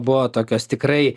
buvo tokios tikrai